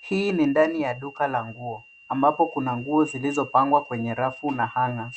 Hii ni ndani ya duka la nguo, ambapo kuna nguo zilizopangwa kwenye rafu na hanger .